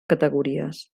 categories